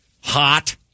Hot